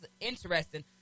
interesting